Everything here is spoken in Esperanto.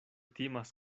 timas